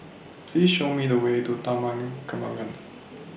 Please Show Me The Way to Taman Kembangan